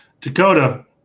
Dakota